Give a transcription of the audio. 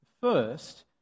First